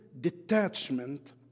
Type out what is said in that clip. detachment